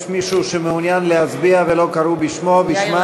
יש מישהו שמעוניין להצביע ולא קראו בשמו או בשמה?